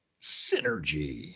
Synergy